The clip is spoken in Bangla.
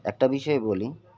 একটা বিষয় বলি